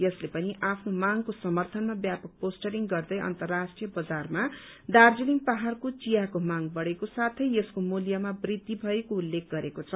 यसले पनि आफ्नो मागको समर्थनमा व्यापक पोस्टरिंग गर्दै अन्तर्राष्ट्रीय बजारमा दार्जीलिङ पहाड़को चियाको माग बढ़ेको साथै यसको मूल्यमा वृद्धि भएको उल्लेख गरेको छ